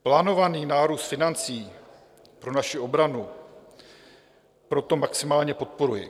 Plánovaný nárůst financí pro naši obranu proto maximálně podporuji.